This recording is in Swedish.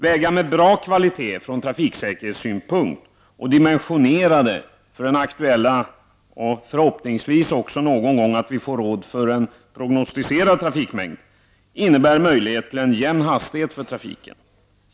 Vägar med från trafiksäkerhetssynpunkt bra kvalitet och vägar som är dimensionerade för den aktuella trafikmängden — förhoppningsvis får vi också någon gång råd med den prognosticerade trafikmängden — innebär en möjlighet till en jämn hastighet för trafiken.